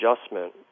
adjustment